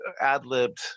ad-libbed